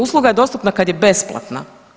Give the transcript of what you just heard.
Usluga je dostupna kad je besplatna.